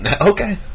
Okay